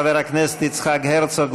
חבר הכנסת יצחק הרצוג,